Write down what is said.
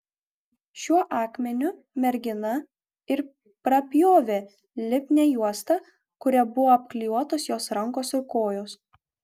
šiuo akmeniu mergina ir prapjovė lipnią juostą kuria buvo apklijuotos jos rankos ir kojos